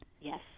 Yes